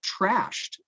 trashed